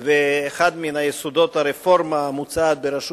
ואחד מיסודות הרפורמה המוצעת ברשות